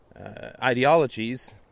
ideologies